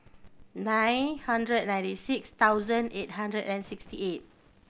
nine hundred ninety six thousand eight hundred and sixty eight